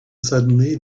suddenly